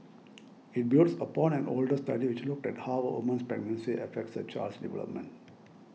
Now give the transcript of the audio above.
it builds upon an older study which looked at how a woman's pregnancy affects her child's development